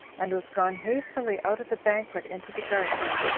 and was gone hastily out of the banquet into the gardens,